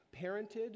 parented